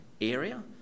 area